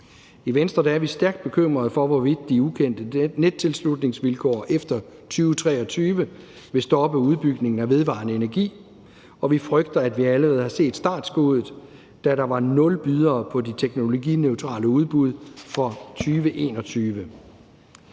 I Venstre er vi stærkt bekymrede for, at de ukendte nettilslutningsvilkår efter 2023 vil stoppe udbygningen af vedvarende energi, og vi frygter, at vi allerede har set startskuddet, da der var nul bydere på de teknologineutrale udbud for 2021.